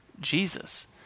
Jesus